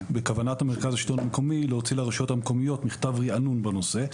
בכוונת השלטון המקומי להוציא לרשויות המקומיות מכתב רענון בנושא.